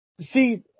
See